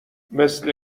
مثل